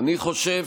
אני חושב